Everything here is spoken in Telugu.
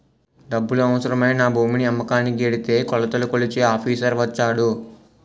డబ్బులు అవసరమై నా భూమిని అమ్మకానికి ఎడితే కొలతలు కొలిచే ఆఫీసర్ వచ్చాడు